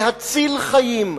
להציל חיים.